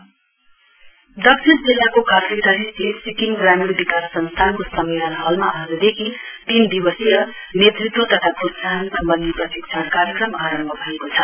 EC training program दक्षिण जिल्लाको कारफेक्टार स्थित सिक्किम ग्रामीण विकास संस्थानको सम्मेलन हलमा आजदेखि तीन दिवसीय नेतृत्व तथा प्रोत्साहन सम्वन्धी प्रशिक्षण कार्यक्रम आरम्भ भएको छ